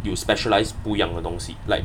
有 specialised 不一样的东西 like